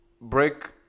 break